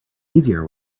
easier